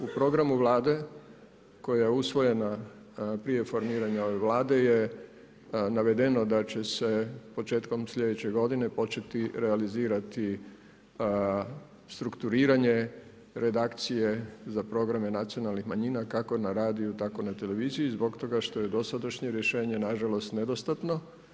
U programu Vlade, koja je usvojena, prije formiranja ove Vlade, je navedeno da će se početkom sljedeće godine, početi realizirati strukturiranje redakcije za programe nacionalnih manjina, kako na radiju tako i na televiziju, zbog toga što je dosadašnje rješenje nažalost nedostatno.